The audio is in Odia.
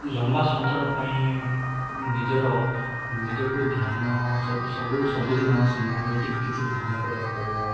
ଲମ୍ବା ସନ୍ତରଣ ପାଇଁ ନିଜର ନିଜକୁ ଧ୍ୟାନ ସବୁ ସବୁ ସବୁଦିନ ସନ୍ଧ୍ୟାବେଳେଟି କିଛି ଧ୍ୟାନ କରିବାକୁ ପଡ଼ିବ